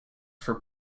for